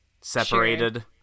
separated